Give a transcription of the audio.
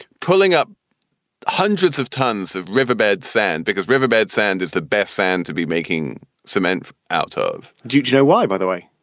pulling up hundreds of tons of riverbed, sand, because riverbed sand is the best sand to be making cement out ah of do you know why, by the way?